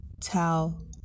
tell